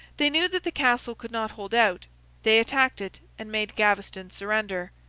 they knew that the castle could not hold out they attacked it, and made gaveston surrender.